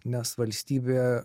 nes valstybė